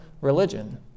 religion